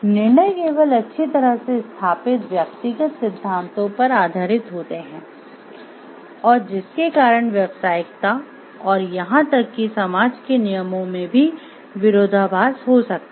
निर्णय केवल अच्छी तरह से स्थापित व्यक्तिगत सिद्धांतों पर आधारित होते हैं और जिस के कारण व्यावसायिकता और यहां तक कि समाज के नियमों में भी विरोधाभास हो सकता है